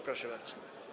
Proszę bardzo.